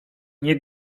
nie